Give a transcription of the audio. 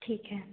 ठीक है